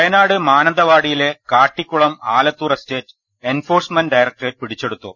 വയനാട് മാനന്തവാടിയിലെ Kattikulam Alathur estate enforcement directorate പിടിച്ചെടുത്തു